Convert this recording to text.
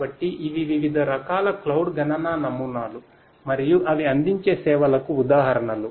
కాబట్టి ఇవి వివిధ రకాల క్లౌడ్ గణన నమూనాలు మరియు అవి అందించే సేవలకు ఉదాహరణలు